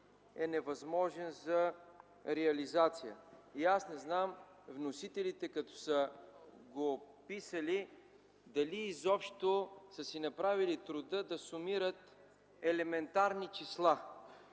е невъзможен за реализация. Аз не знам вносителите като са го писали дали изобщо са си направили труда да сумират елементарни числа.